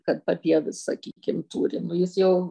kad papievis sakykim turi nu jis jau